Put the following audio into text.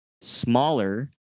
smaller